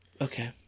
Okay